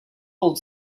old